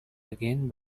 again